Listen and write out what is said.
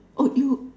oh you